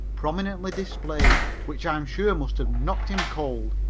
prominently displayed, which i am sure must have knocked him cold.